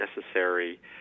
necessary